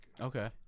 Okay